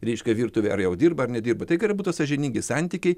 reiškia virtuvė ar jau dirba ar nedirba tai gerai būtų sąžiningi santykiai